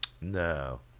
No